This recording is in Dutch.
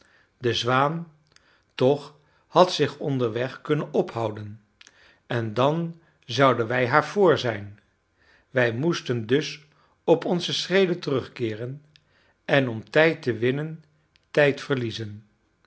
de zwaan toch had zich onderweg kunnen ophouden en dan zouden wij haar vr zijn wij moesten dus op onze schreden terugkeeren en om tijd te winnen tijd verliezen